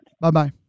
Bye-bye